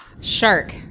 Shark